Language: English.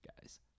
guys